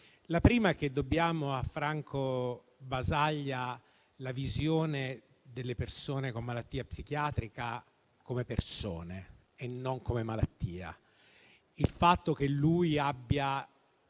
La prima è che dobbiamo a Franco Basaglia la visione delle persone con malattia psichiatrica come persone e non come malattia. Lui ha teorizzato